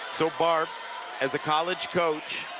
so far as a college coach,